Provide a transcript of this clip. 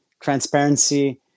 transparency